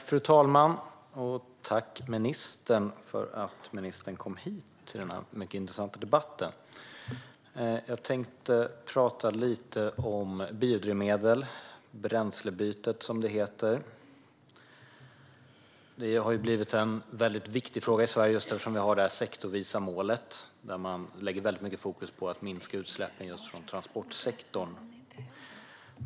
Fru talman! Tack, ministern, för att ministern kom hit till denna mycket intressanta debatt! Jag tänkte prata lite om biodrivmedel - bränslebytet som det heter. Det har blivit en viktig fråga i Sverige eftersom vi har det sektorsvisa målet där man lägger mycket fokus på att minska utsläppen från transportsektorn.